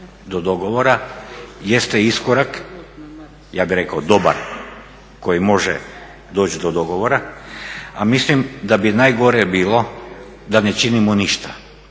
do dogovora jeste iskorak, ja bih rekao dobar koji može doći do dogovora, a mislim da bi najgore bilo da ne činimo ništa